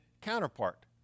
counterpart